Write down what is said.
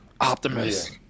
Optimus